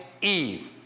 Eve